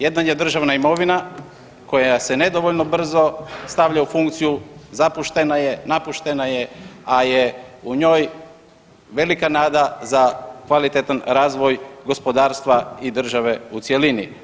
Jedan je državna imovina koja se nedovoljno brzo stavlja u funkciju, zapuštena je, napuštena je, a je u njoj velika nada za kvalitetan razvoj gospodarstva i države u cjelini.